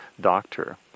doctor